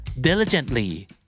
Diligently